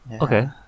Okay